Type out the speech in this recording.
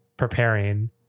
preparing